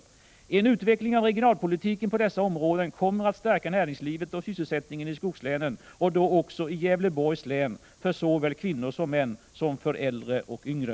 En utveckling av regionalpolitiken på dessa områden kommer att stärka näringslivet och sysselsättningen i skogslänen och då också i Gävleborgs län såväl för kvinnor och män som för äldre och yngre.